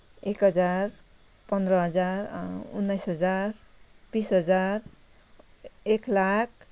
एक हजार पन्ध्र हजार उन्नाइस हजार बिस हजार एक लाख